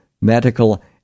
medical